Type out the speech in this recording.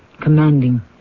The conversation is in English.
commanding